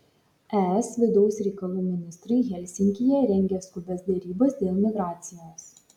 es vidaus reikalų ministrai helsinkyje rengia skubias derybas dėl migracijos